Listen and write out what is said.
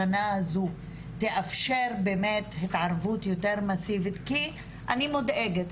השנה הזו תאפשר באמת התערבות יותר מסיבית כי אני מודאגת,